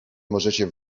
możecie